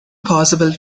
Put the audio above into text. possible